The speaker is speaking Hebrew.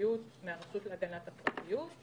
הפרטיות מהרשות להגנת הפרטיות,